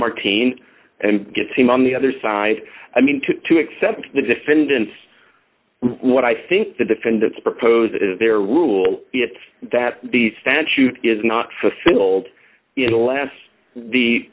martine and gets him on the other side i mean to to accept the defendants what i think the defendants propose is their rule it's that the statute is not fulfilled in the last the